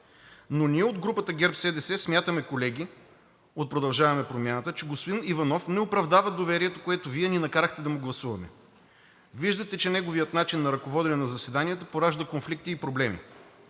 Но ние от групата ГЕРБ-СДС смятаме, колеги от „Продължаваме Промяната“, че господин Иванов не оправдава доверието, което Вие ни накарахте да му гласуваме. Виждате, че неговият начин на ръководене на заседанията поражда конфликти и проблеми.